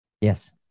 Yes